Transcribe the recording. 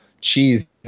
cheese